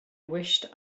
wished